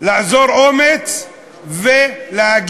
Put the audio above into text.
לאזור אומץ ולהגיד: